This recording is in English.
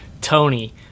Tony